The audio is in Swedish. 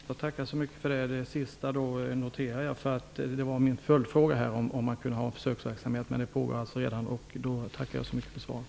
Herr talman! Jag tackar så mycket för svaret. Jag noterade det som sades sist. Min följdfråga var nämligen om det går att ha en försöksverk samhet. Det pågår alltså redan. Jag tackar så mycket för svaret.